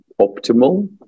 optimal